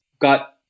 got